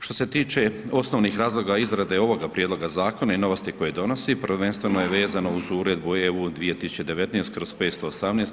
Što se tiče osnovnih razloga izrade ovoga prijedloga zakona i novosti koje donosi prvenstveno je vezano uz Uredbu EU 2019/